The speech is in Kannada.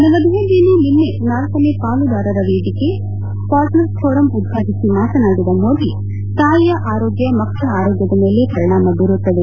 ನವದೆಹಲಿಯಲ್ಲಿ ನಿನ್ನೆ ನಾಲ್ಕನೇ ಪಾಲುದಾರರ ವೇದಿಕೆ ಪಾರ್ಟ್ನರ್ವ್ ಫೋರಂ ಉದ್ಘಾಟಿಸಿ ಮಾತನಾಡಿದ ಮೋದಿ ತಾಯಿಯ ಆರೋಗ್ಯ ಮಕ್ಕಳ ಆರೋಗ್ಯದ ಮೇಲೆ ಪರಿಣಾಮ ಬೀರುತ್ತದೆ